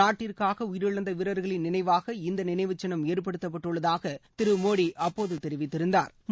நாட்டிற்காக உயிரிழந்த வீரர்களின் நினைவாக இந்த நினவுச்சின்னம் ஏற்படுத்தப்பட்டுள்ளதாக திரு மோடி அப்போது தெரிவித்திருந்தாா்